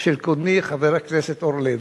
של קודמי, חבר הכנסת אורלב,